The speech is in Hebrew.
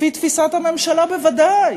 לפי תפיסת הממשלה בוודאי,